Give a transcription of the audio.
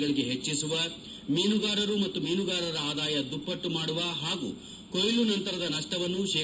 ಗಳಿಗೆ ಹೆಚ್ಚಿಸುವ ಮೀನುಗಾರರ ಮತ್ತು ಮೀನುಗಾರರ ಆದಾಯ ದುಪ್ಪಟ್ಟು ಮಾಡುವ ಹಾಗೂ ಕೊಯ್ಲು ನಂತರದ ನಷ್ಠವನ್ನು ಶೇ